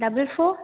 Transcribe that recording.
double four